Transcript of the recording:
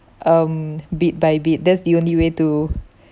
um bit by bit that's the only way to